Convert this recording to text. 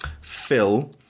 Phil